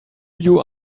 you